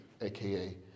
aka